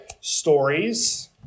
stories